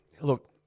look